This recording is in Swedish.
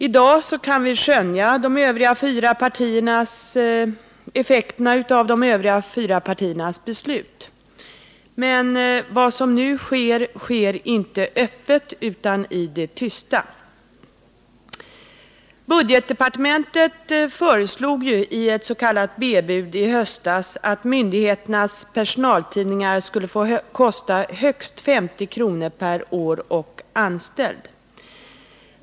I dag kan vi skönja effekterna av de övriga partiernas beslut, men det som nu sker, sker inte öppet, utan i det tysta. Budgetdepartementet föreslog i höstas i ett s.k. B-bud att myndigheternas personaltidningar skulle få kosta högst 50 kr. per år och anställd.